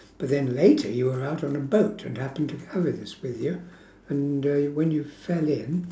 but then later you were out on a boat and happened to carry this with you and uh when you fell in